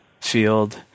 field